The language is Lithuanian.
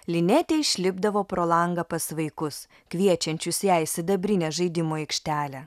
linetė išlipdavo pro langą pas vaikus kviečiančius ją į sidabrinę žaidimų aikštelę